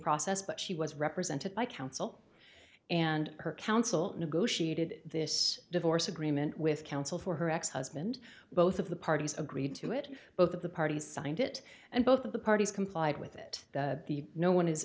process but she was represented by counsel and her counsel negotiated this divorce agreement with counsel for her ex husband both of the parties agreed to it both of the parties signed it and both of the parties complied with it the no one is